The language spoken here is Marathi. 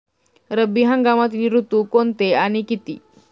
रब्बी हंगामातील ऋतू कोणते आणि किती?